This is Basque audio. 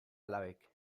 alabek